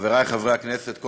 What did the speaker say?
חברי חברי הכנסת,